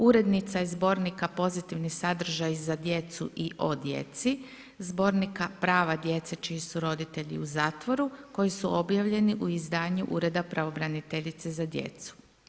Urednica je zbornika Pozitivni sadržaji za djecu i o djeci, zbornika Prva djece čiji su roditelji u zatvoru koji su objavljeni u izdanju ureda pravobraniteljice za djecu.